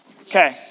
Okay